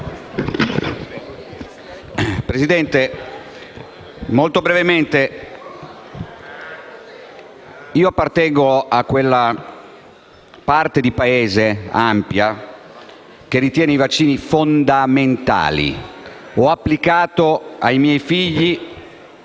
intervengo molto brevemente. Io appartengo a quell'ampia parte di Paese che ritiene i vaccini fondamentali. Ho applicato ai miei figli